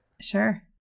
Sure